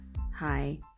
Hi